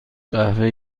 قهوه